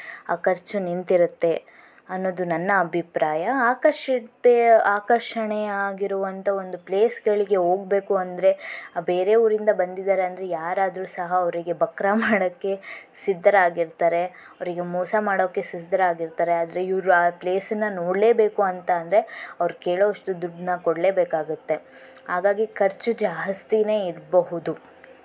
ಆ ಖರ್ಚು ನಿಂತಿರತ್ತೆ ಅನ್ನೋದು ನನ್ನ ಅಭಿಪ್ರಾಯ ಆಕರ್ಷತೆ ಆಕರ್ಷಣೆ ಆಗಿರುವಂಥ ಒಂದು ಪ್ಲೇಸ್ಗಳಿಗೆ ಹೋಗಬೇಕು ಅಂದರೆ ಬೇರೆ ಊರಿಂದ ಬಂದಿದ್ದಾರೆ ಅಂದರೆ ಯಾರಾದರೂ ಸಹ ಅವರಿಗೆ ಬಕರಾ ಮಾಡೋಕ್ಕೆ ಸಿದ್ಧರಾಗಿರ್ತಾರೆ ಅವರಿಗೆ ಮೋಸ ಮಾಡೋಕ್ಕೆ ಸಿದ್ಧರಾಗಿರ್ತಾರೆ ಆದರೆ ಇವರು ಆ ಪ್ಲೇಸನ್ನು ನೋಡಲೇಬೇಕು ಅಂತ ಅಂದರೆ ಅವರು ಕೇಳುವಷ್ಟು ದುಡ್ಡನ್ನ ಕೊಡಲೇಬೇಕಾಗತ್ತೆ ಹಾಗಾಗಿ ಖರ್ಚು ಜಾಸ್ತಿಯೇ ಇರಬಹುದು